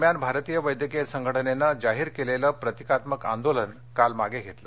दरम्यान भारतीय वैद्यकीय संघटनेनं जाहीर केलेलं प्रतिकात्मक आंदोलन काल मागे घेतलं